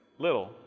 little